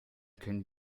können